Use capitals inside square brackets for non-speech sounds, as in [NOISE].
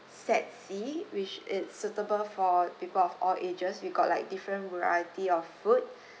set C which is suitable for people of all ages we got like different variety of food [BREATH]